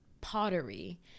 pottery